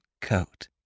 coat